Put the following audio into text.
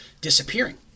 disappearing